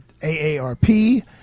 AARP